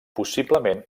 possiblement